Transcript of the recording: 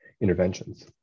interventions